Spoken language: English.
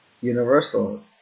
universal